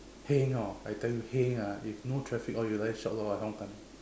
heng orh I tell you heng ah if no traffic or you like that shout like some hong kan leh